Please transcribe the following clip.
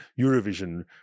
Eurovision